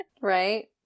Right